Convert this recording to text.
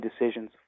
decisions